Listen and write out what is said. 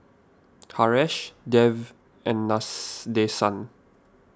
Haresh Dev and Nadesan